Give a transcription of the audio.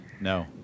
No